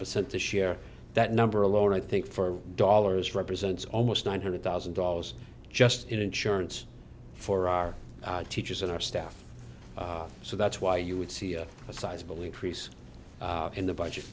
percent this year that number alone i think for dollars represents almost one hundred thousand dollars just in insurance for our teachers and our staff so that's why you would see a sizable increase in the budget